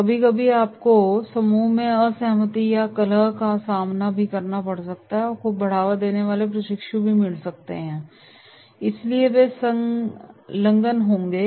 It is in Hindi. कभी कभी आपको समूह में असहमति या कलह को बढ़ावा देने वाले प्रशिक्षु मिल सकते हैं इसलिए वे संलग्न होंगे